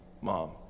Mom